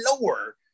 lower